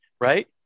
right